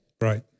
Right